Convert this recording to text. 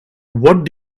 what